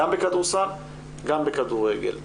גם בכדורסל וגם בכדורגל.